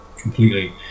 completely